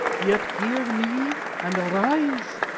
yet hear me and arise.